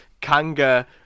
kanga